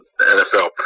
NFL